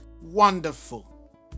Wonderful